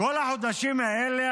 כל החודשים האלה,